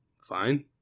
fine